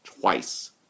twice